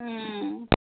ওম